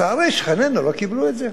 לצערי, שכנינו לא קיבלו אותה.